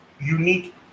unique